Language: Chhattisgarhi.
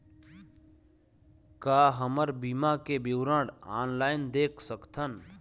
का हमर बीमा के विवरण ऑनलाइन देख सकथन?